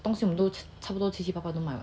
东西我们都差不多七七八八都买了